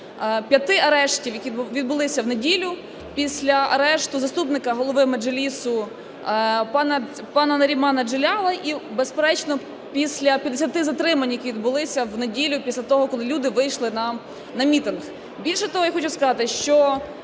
п'яти арештів, які відбулися в неділю, після арешту заступника голови Меджлісу пана Нарімана Джелялова. І безперечно, після 50 затримань, які відбулися в неділю після того, коли люди вийшли на мітинг. Більше того, я хочу сказати, що,